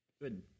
Good